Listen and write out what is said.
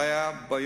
לא היו בעיות,